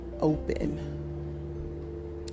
open